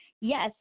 Yes